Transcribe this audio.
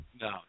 No